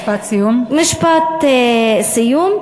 משפט סיום.